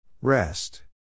Rest